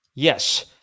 Yes